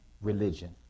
religion